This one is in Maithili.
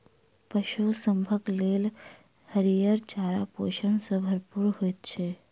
पशु सभक लेल हरियर चारा पोषण सॅ भरपूर होइत छै